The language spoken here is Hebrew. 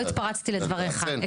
אני לא התפרצתי לדבריך.